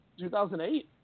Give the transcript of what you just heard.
2008